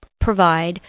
provide